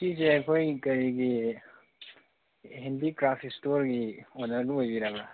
ꯁꯤꯁꯦ ꯑꯩꯈꯣꯏ ꯀꯔꯤꯒꯤ ꯍꯦꯟꯗꯤꯀ꯭ꯔꯥꯐ ꯏꯁꯇꯣꯔꯤ ꯑꯣꯅꯔꯗꯣ ꯑꯣꯏꯕꯤꯔꯕ꯭ꯔꯥ